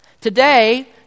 Today